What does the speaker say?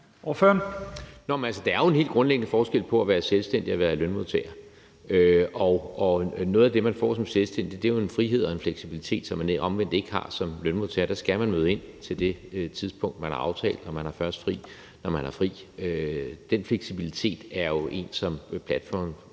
Der er jo en helt grundlæggende forskel på at være selvstændig og at være lønmodtager, og noget af det, man får som selvstændig, er jo en frihed og en fleksibilitet, som man omvendt ikke har som lønmodtager; der skal man møde ind til det tidspunkt, man har aftalt, og man har først fri, når man har fri. Den fleksibilitet er jo en, som